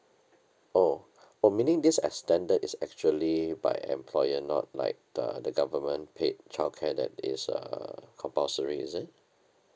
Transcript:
oh oh meaning this extended is actually by employer not like the the government paid childcare that is uh compulsory is it